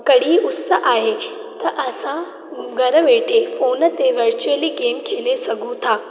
कड़ी उस आहे त असां घरि वेठे फोन ते वरचुअली गेम खेले सघू था